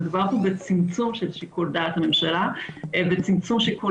מדובר פה בצמצום של שיקול הדעת של הממשלה וצמצום שיקול